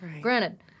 Granted